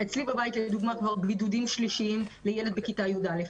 אצלי בבית יש כבר בידוד שלישי לילד בכיתה י"א.